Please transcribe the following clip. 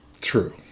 True